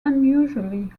unusually